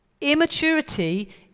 Immaturity